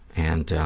and,